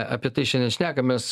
apie tai šiandien šnekamės